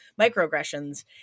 microaggressions